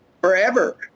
Forever